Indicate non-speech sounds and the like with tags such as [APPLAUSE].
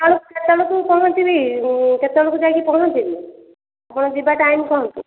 ସକାଳୁ କେତବେଳକୁ ପହଁଞ୍ଚିବି କେତବେଳକୁ ଯାଇ ପହଁଞ୍ଚିବି [UNINTELLIGIBLE] ଯିବା ଟାଇମ୍ କୁହନ୍ତୁ